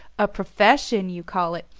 a profession, you call it?